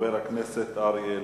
חבר הכנסת אריה אלדד,